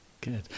Good